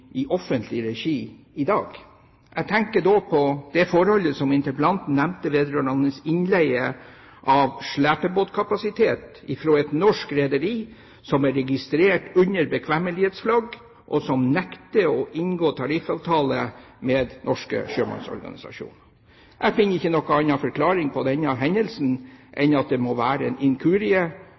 offentlig regi i dag. Jeg tenker da på det forholdet interpellanten nevnte vedrørende innleie av slepebåtkapasitet fra et norsk rederi som er registrert under bekvemmelighetsflagg, og som nekter å inngå tariffavtale med norske sjømannsorganisasjoner. Jeg finner ikke noen annen forklaring på denne hendelsen enn at det må være en inkurie,